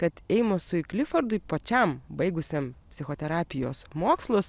kad eimosui klifordui pačiam baigusiam psichoterapijos mokslus